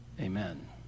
Amen